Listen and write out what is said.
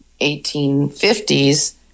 1850s